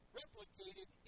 replicated